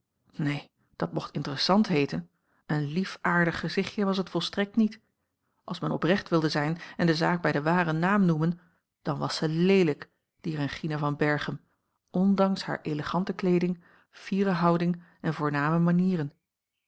neen dat mocht interessant heeten een lief aardig gezichtje was het volstrekt niet als men oprecht wilde zijn en de zaak bij den waren naam noemen dan was ze leelijk die regina van berchem ondanks haar elegante kleeding fiere houding en voorname manieren